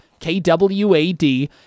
KWAD